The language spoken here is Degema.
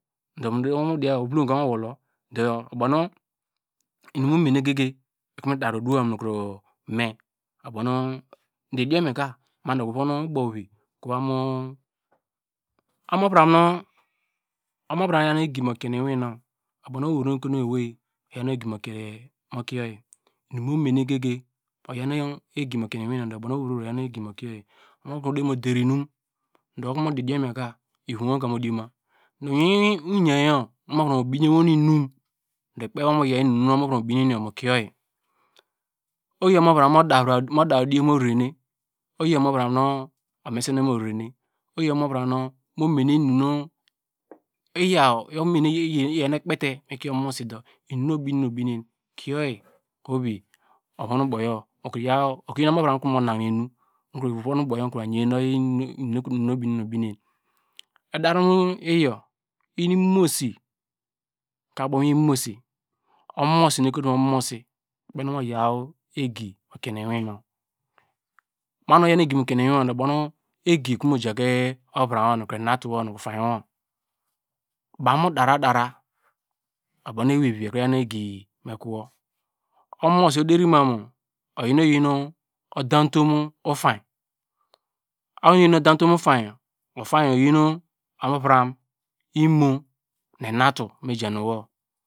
Du, idiom mo diya ovulom inum nu mu me ne ge- ge ikro mi dar oduwam nu me omoviram nu oyan egi mu kie iwinu, oyo nu owei vro oyan egi mu kie oyi, nu okro deri mu der imum, du okonu mu di idiom yaw ka ivom wor kre mu dioma. Mu iwin oyayor omoviram obinewo nu inum, ikpen okonu mu yaw inum mokie oyi. Oyi omoviram mu daw odi mo rere hine, oyi omoviram nu omese hine morere hine oyi omoviram nu oyan ekpe te mu kie omomosi duo, inum obine, obine kie oyi, oho vi okro yi omoviram nu mu nahine enu ohovi yan nu oyi edar nu iyor, imomosi ka abom mu iwin imomosi. Omomosi nu ekotu mu omomosi ikpen okomu yaw egi mu kie ne iwiwu. Ma nu oyan egi mu kiene iwiwu, oyor ubonu egi okrimo jeke ovram wor. Baw mu dara dara ubon nu iwevivi ekro yan egi me kowu, omosi, odare mamu, oyi nu oyi odamutum ofainy ofainyo oyi oviram, imonu enatu me jano wor.